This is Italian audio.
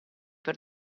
per